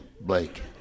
Blake